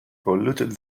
polluted